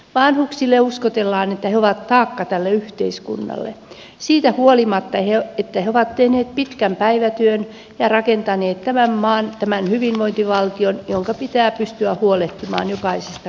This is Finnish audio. vanhuksille uskotellaan että he ovat taakka tälle yhteiskunnalle siitä huolimatta että he ovat tehneet pitkän päivätyön ja rakentaneet tämän maan tämän hyvinvointivaltion jonka pitää pystyä huolehtimaan jokaisesta kansalaisestaan